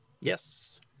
Yes